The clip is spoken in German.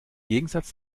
gegensatz